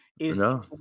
No